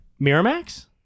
Miramax